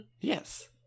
Yes